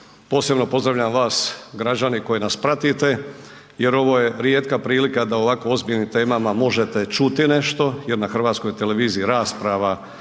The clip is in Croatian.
posebno pozdravljam vas građani koji nas pratite jer ovo je rijetka prilika da o ovako ozbiljnim temama možete čuti nešto jer na Hrvatskoj televiziji rasprava